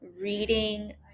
reading